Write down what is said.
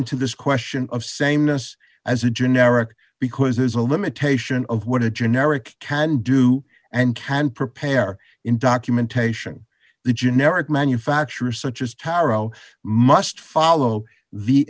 into this question of sameness as a generic because there's a limitation of what a generic can do and can prepare in documentation the generic manufacturers such as tarot must follow the